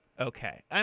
Okay